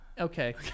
Okay